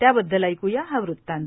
त्याबद्दल एक्या हा वृत्तांत